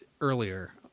earlier